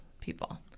people